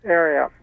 area